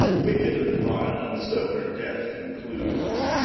wicked and vile, and so her death concludes